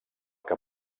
que